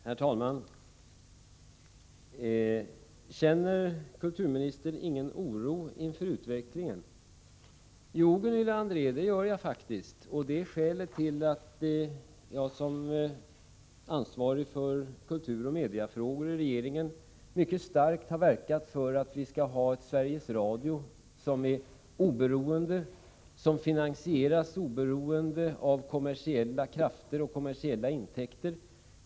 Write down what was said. Herr talman! Känner kulturministern ingen oro inför utvecklingen? frågade Gunilla André. Jo, Gunilla André, det gör jag faktiskt, och det är skälet till att jag som ansvarig för kulturoch mediafrågor i regeringen mycket starkt har verkat för att vi skall ha ett Sveriges Radio som är oberoende, som finansieras oberoende av kommersiella krafter och kommersiella intäkter.